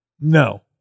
no